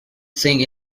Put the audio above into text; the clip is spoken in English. thing